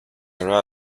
are